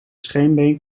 scheenbeen